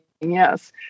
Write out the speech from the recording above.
yes